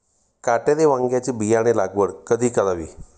काटेरी वांग्याची बियाणे लागवड कधी करावी?